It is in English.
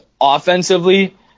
offensively